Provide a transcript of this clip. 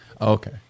Okay